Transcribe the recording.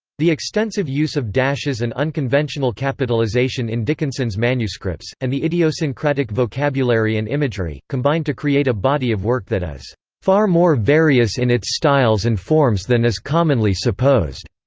the extensive use of dashes and unconventional capitalization in dickinson's manuscripts, and the idiosyncratic vocabulary and imagery, combine to create a body of work that is far more various in its styles and forms than is commonly supposed.